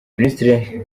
minisitiri